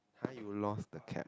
then you lost the cap